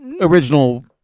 original